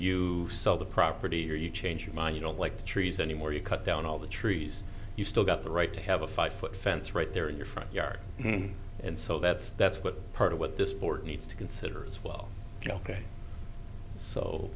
you sell the property or you change your mind you don't like the trees anymore you cut down all the trees you still got the right to have a five foot fence right there in your front yard and so that's that's what part of what this board needs to consider as well ok so